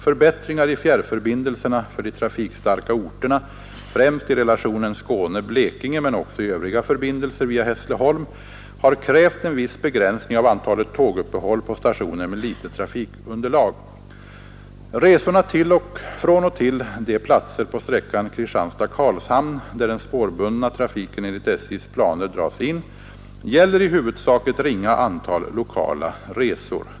Förbättringar i fjärrförbindelserna för de trafikstarka orterna, främst i relationen Skåne—Blekinge, men också i övriga förbindelser via Hässleholm har krävt en viss begränsning av antalet tåguppehåll på stationer med litet trafikunderlag. Resorna från och till de platser på sträckan Kristianstad—Karlshamn, där den spårbundna trafiken enligt SJ:s planer dras in, gäller i huvudsak ett ringa antal lokala resor.